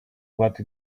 what